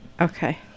okay